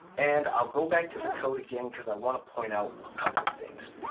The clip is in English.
and i'll go back to the code again because i want to point out a couple of things.